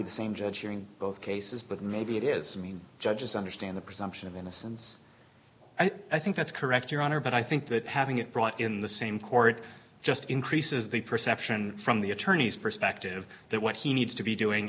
sacirbey the same judge hearing both cases but maybe it is mean judges understand the presumption of innocence i think that's correct your honor but i think that having it brought in the same court just increases the perception from the attorney's perspective that what he needs to be doing